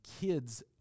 kids